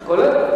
כולל דברי השרים.